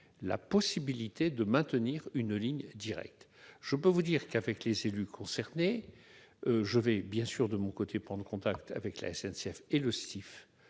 la possibilité de maintenir une ligne directe. Je puis vous dire que, avec les élus concernés, je vais de mon côté prendre contact avec la SNCF et le STIF